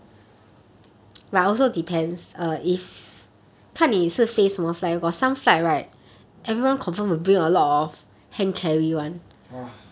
!huh!